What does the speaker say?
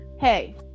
hey